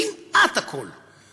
כמעט הכול,